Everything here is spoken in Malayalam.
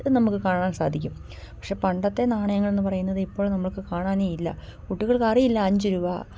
ഇത് നമുക്ക് കാണാൻ സാധിക്കും പക്ഷെ പണ്ടത്തെ നാണയങ്ങളെന്നു പറയുന്നത് ഇപ്പോൾ നമുക്ക് കാണാനേ ഇല്ല കുട്ടികൾക്കറിയില്ല അഞ്ച് രൂപ